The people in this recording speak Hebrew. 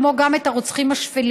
כמו גם את הרוצחים השפלים.